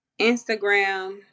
Instagram